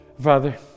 Father